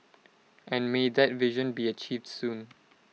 and may that vision be achieved soon